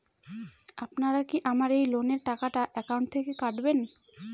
আপনারা কি আমার এই লোনের টাকাটা একাউন্ট থেকে কাটবেন?